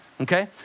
okay